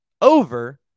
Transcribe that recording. over